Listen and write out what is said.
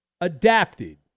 adapted